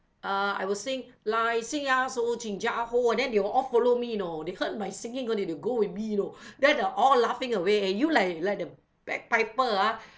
uh I will sing lah sing ah so ginger ah [ho] then they will all follow me you know they heard my singing then they go with me you know then they're all laughing away eh you like like the bagpiper ah